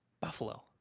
Buffalo